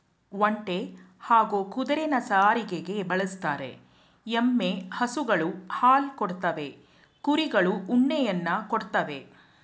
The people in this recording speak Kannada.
ಒಂಟೆ ಹಾಗೂ ಕುದುರೆನ ಸಾರಿಗೆಗೆ ಬಳುಸ್ತರೆ, ಎಮ್ಮೆ ಹಸುಗಳು ಹಾಲ್ ಕೊಡ್ತವೆ ಕುರಿಗಳು ಉಣ್ಣೆಯನ್ನ ಕೊಡ್ತವೇ